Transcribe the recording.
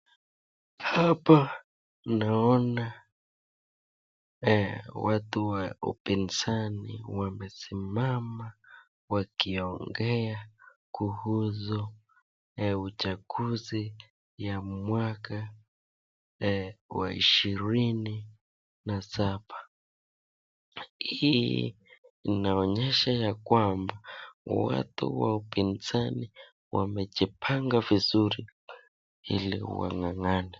Hapa naona watu wa upinzani wamesimama wakiongea kuhusu uchaguzi ya mwaka wa ishirini na saba ,hii inaonyesha ya kwamba watu wa upinzani wamejipanga vizuri ili wang'ang'ane.